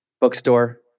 bookstore